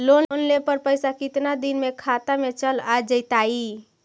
Loan लेब पर पैसा कितना दिन में खाता में चल आ जैताई?